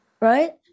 Right